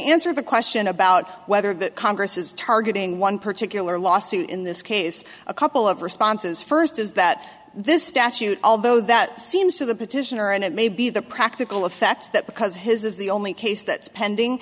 answer the question about whether the congress is targeting one particular lawsuit in this case a couple of responses first is that this statute although that seems to the petitioner and it may be the practical effect that because his is the only case that's pending